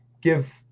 give